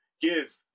give